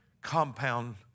compound